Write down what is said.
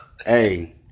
Hey